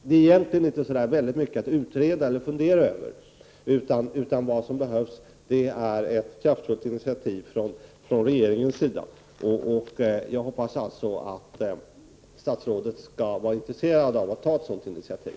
Det finns alltså inte så mycket att utreda eller fundera över, utan vad som krävs är ett kraftfullt initiativ från regeringen, och jag hoppas att statsrådet skall vara intresserad av att ta ett sådant initiativ.